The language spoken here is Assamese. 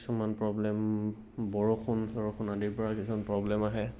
কিছুমান প্ৰ'ব্লেম বৰষুণ চৰষুণ আদিৰ পৰা কিছুমান প্ৰ'ব্লেম আহে